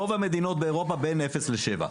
רוב מדינות אירופה בין אפס ל-7%,